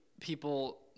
People